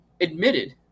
admitted